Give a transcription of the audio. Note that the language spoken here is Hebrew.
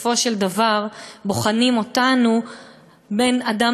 בסופו של דבר בוחנים אותנו על בין אדם